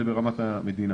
המזור.